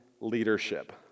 leadership